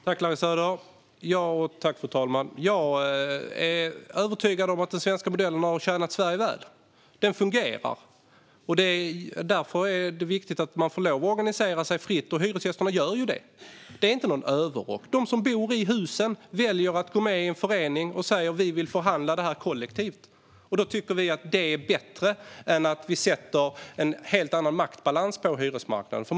Fru talman! Tack, Larry Söder! Jag är övertygad om att den svenska modellen har tjänat Sverige väl. Den fungerar. Därför är det viktigt att det är fritt att organisera sig, och hyresgästerna gör ju det. Det är inte någon överrock. Om de som bor i husen väljer att gå med i en förening och säger att de vill förhandla kollektivt tycker vi att det är bättre än att vi sätter en helt annan maktbalans på hyresmarknaden.